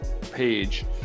page